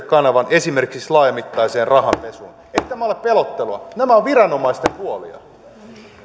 kanavan esimerkiksi laajamittaiseen rahanpesuun ei tämä ole pelottelua nämä ovat viranomaisten huolia